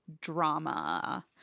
drama